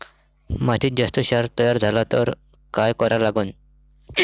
मातीत जास्त क्षार तयार झाला तर काय करा लागन?